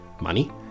money